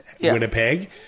Winnipeg